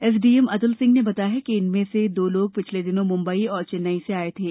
SDM Atul Singh ने बताया है कि इनमें से दो लोग पिछले दिनों मुंबई और चेन्नई से आए थे